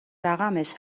رقمش